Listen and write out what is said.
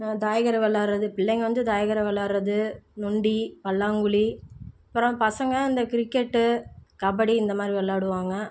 தாயக்கரை விளயாட்றது பிள்ளைங்கள் வந்து தாயக்கரை விளயாட்றது நொண்டி பல்லாங்குழி அப்புறம் பசங்கள் இந்த கிரிக்கெட்டு கபடி இந்த மாதிரி விளாடுவாங்க